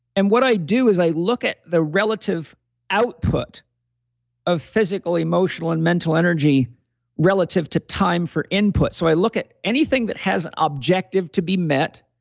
and what i do is i look at the relative output of physical, emotional, and mental energy relative to time for input. so i look at anything that has objective to be met